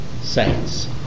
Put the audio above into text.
saints